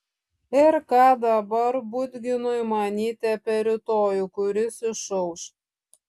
ir ką dabar budginui manyti apie rytojų kuris išauš